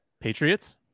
Patriots